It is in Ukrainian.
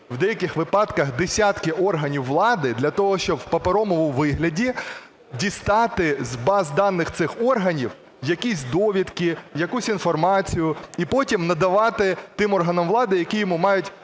в деяких випадках десятки органів влади для того, щоб в паперовому вигляді дістати з баз даних цих органів якісь довідки, якусь інформацію, і потім надавати тим органам влади, які йому мають